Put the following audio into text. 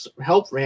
help